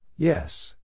Yes